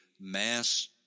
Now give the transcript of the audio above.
mass